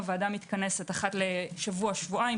הוועדה מתכנסת אחת לשבע, שבועיים.